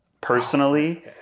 personally